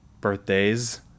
birthdays